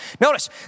Notice